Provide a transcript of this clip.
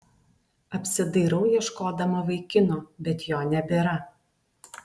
apsidairau ieškodama vaikino bet jo nebėra